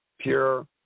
Pure